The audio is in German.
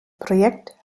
projekt